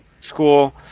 school